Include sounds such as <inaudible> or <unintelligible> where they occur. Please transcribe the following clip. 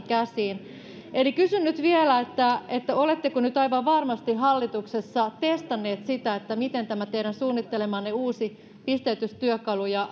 <unintelligible> käsiin eli kysyn nyt vielä oletteko nyt aivan varmasti hallituksessa testanneet sitä miten tämä teidän suunnittelemanne uusi pisteytystyökalu ja <unintelligible>